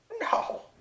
No